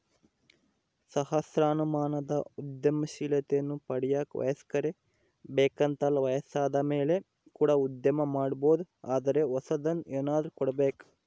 ಸಹಸ್ರಮಾನದ ಉದ್ಯಮಶೀಲತೆಯನ್ನ ಪಡೆಯಕ ವಯಸ್ಕರೇ ಬೇಕೆಂತಲ್ಲ ವಯಸ್ಸಾದಮೇಲೆ ಕೂಡ ಉದ್ಯಮ ಮಾಡಬೊದು ಆದರೆ ಹೊಸದನ್ನು ಏನಾದ್ರು ಕೊಡಬೇಕು